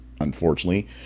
Unfortunately